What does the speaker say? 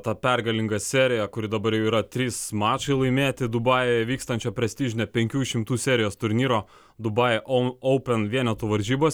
tą pergalingą seriją kuri dabar jau yra trys mačai laimėti dubajuje vykstančio prestižinio penkių šimtų serijos turnyro dubai on oupen vienetų varžybos